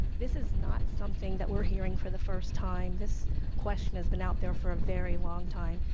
this is not something that we're hearing for the first time. this question has been out there for a very long time,